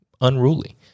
unruly